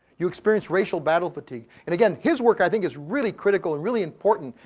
you experience racial battle fatigue. and again, his work i think is really critical and really important,